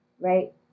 Right